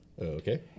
okay